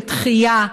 לדחייה,